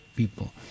People